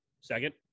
Second